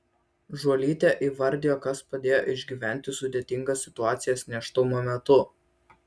žuolytė įvardijo kas padėjo išgyventi sudėtingas situacijas nėštumo metu